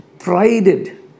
Prided